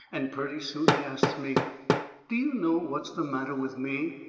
and purty soon he asts me do you know what's the matter with me?